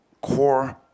core